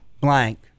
blank